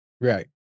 Right